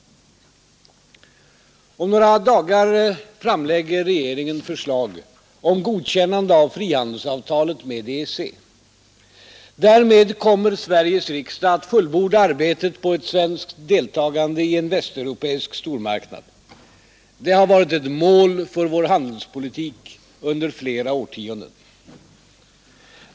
Om några dagar framlägger regeringen förslag om godkännande av frihandelsavtalet med EEC. Därmed kommer Sveriges riksdag att fullborda arbetet på ett svenskt deltagande i en västeuropeisk stormarknad. Det har varit ett mål för vår handelspolitik under flera årtionden.